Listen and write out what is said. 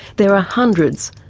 there are hundreds,